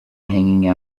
hanging